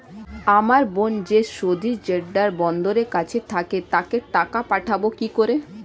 আমার বোন যে সৌদির জেড্ডা বন্দরের কাছে থাকে তাকে টাকা পাঠাবো কি করে?